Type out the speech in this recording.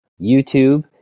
YouTube